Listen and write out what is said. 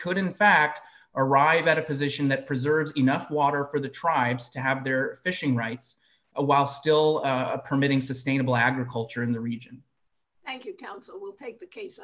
could in fact arrive at a position that preserves enough water for the tribes to have their fishing rights a while still permitting sustainable agriculture in the region thank you council take the case